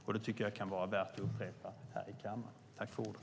Det tycker jag kan vara värt att upprepa här i kammaren.